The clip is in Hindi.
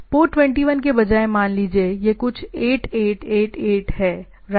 पोर्ट 21 के बजाय मान लीजिए यह कुछ 8 8 8 8 है राइट